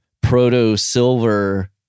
proto-silver